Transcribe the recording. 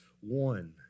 one